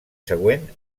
següent